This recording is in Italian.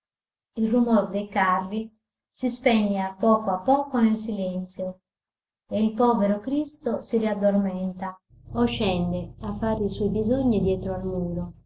il rumor dei carri si spegne a poco a poco nel silenzio e il povero cristo si riaddormenta o scende a fare i suoi bisogni dietro al muro